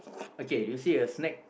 okay you see a snack